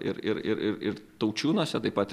ir ir ir ir ir taučiūnuose taip pat